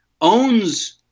owns